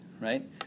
right